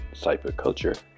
cyberculture